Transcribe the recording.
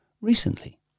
Recently